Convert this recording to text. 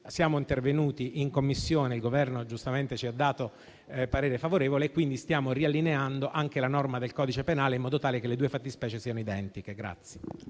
siamo intervenuti in Commissione, il Governo giustamente ha espresso parere favorevole e stiamo riallineando anche la norma del codice penale in modo tale che le due fattispecie siano identiche.